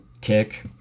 kick